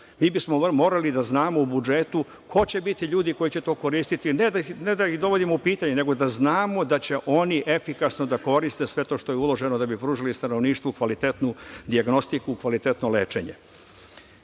mi bismo morali da znamo u budžetu ko će biti ljudi koji će to koristiti, ne da ih dovodimo u pitanje, nego da znamo da će oni efikasno da koriste sve to što je uloženo da bi pružili stanovništvu kvalitetnu dijagnostiku i kvalitetno lečenje. Postoji